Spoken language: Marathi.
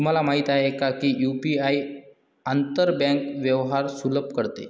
तुम्हाला माहित आहे का की यु.पी.आई आंतर बँक व्यवहार सुलभ करते?